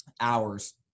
hours